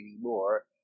more